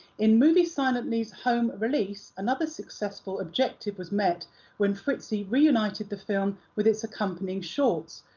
in movies silently's home release, another successful objective was met when fritzi reunited the film with its accompanying shorts,